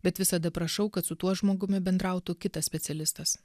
bet visada prašau kad su tuo žmogumi bendrautų kitas specialistas